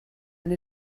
and